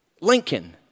Lincoln